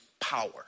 power